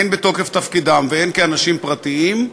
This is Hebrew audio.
הן בתוקף תפקידם והן כאנשים פרטיים,